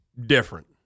different